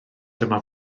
dyma